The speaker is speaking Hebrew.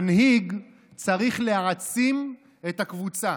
מנהיג צריך להעצים את הקבוצה,